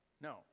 No